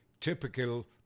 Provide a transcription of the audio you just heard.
Typical